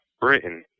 Britain